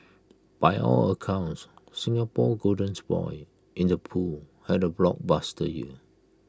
by all accounts Singapore's golden boy in the pool had A blockbuster year